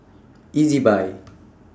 Ezbuy